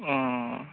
ᱚᱦᱚ